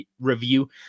review